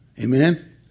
Amen